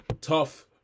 Tough